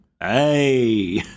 Hey